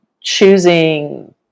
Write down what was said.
choosing